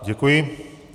Děkuji.